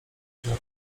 natury